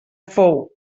fou